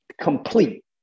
complete